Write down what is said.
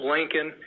Lincoln